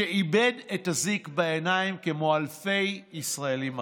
שאיבד את הזיק בעיניים, כמו אלפי ישראלים אחרים.